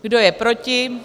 Kdo je proti?